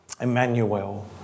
Emmanuel